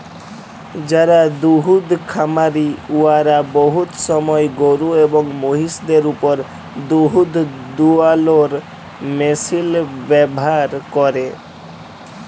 যারা দুহুদ খামারি উয়ারা বহুত সময় গরু এবং মহিষদের উপর দুহুদ দুয়ালোর মেশিল ব্যাভার ক্যরে